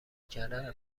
کردن